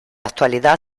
actualidad